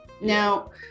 Now